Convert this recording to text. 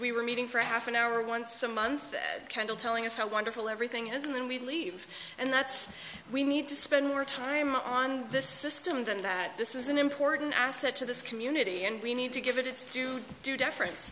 we were meeting for half an hour once a month kendall telling us how wonderful everything is and then we leave and that's we need to spend more time on the system than that this is an important asset to this community and we need to give it